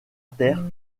terre